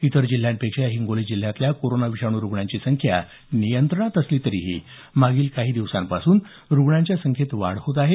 इतर जिल्ह्यांपेक्षा हिंगोली जिल्ह्यातल्या कोरोना विषाणू रुग्णांची संख्या नियंत्रणात असली तरी मागील काही दिवसांपासून रुग्णांच्या संख्येत वाढ होत आहे